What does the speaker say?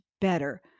better